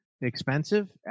expensive